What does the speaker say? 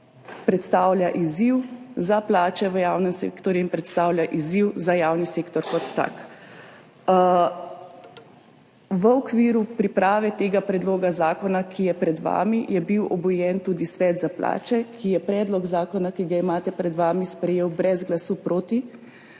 predstavlja izziv za plače v javnem sektorju in predstavlja izziv za javni sektor kot tak. V okviru priprave tega predloga zakona, ki je pred vami, je bil obujen tudi Svet za plače, ki je predlog zakona, ki ga imate pred vami, sprejel brez glasu proti.